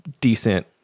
decent